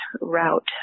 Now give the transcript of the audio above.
route